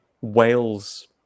Wales